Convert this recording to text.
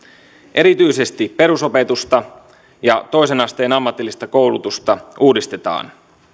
erityisesti perusopetusta ja toisen asteen ammatillista koulutusta uudistetaan